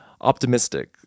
optimistic